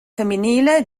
femminile